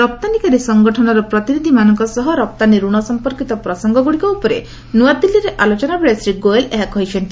ରପ୍ତାନିକାରୀ ସଙ୍ଗଠନର ପ୍ରତିନିଧିମାନଙ୍କ ସହ ରପ୍ତାନୀ ରଣ ସମ୍ପର୍କିତ ପ୍ରସଙ୍ଗଗୁଡ଼ିକ ଉପରେ ନ୍ନଆଦିଲ୍ଲୀରେ ଆଲୋଚନାବେଳେ ଶ୍ରୀ ଗୋୟଲ ଏହା କହିଛନ୍ତି